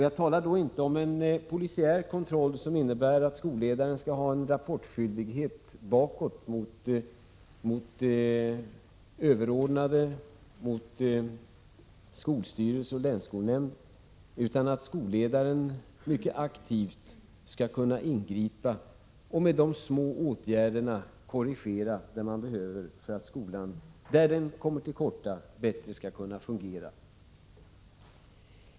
Jag talar då inte om en polisiär kontroll som innebär att skolledaren skall ha en rapportskyldighet bakåt mot överordnade, mot skolstyrelse och länsskolnämnd, utan att skolledaren mycket aktivt skall kunna ingripa, och med dessa små åtgärder kunna korrigera där det behövs för att skolan, där den kommer till korta, bättre skall kunna fungera.